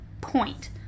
point